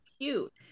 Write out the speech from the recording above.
cute